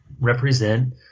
represent